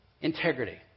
Integrity